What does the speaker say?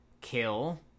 kill